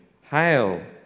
Hail